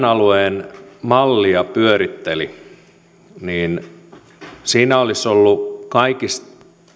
alueen mallia pyöritteli niin siinä olisi ollut kaikista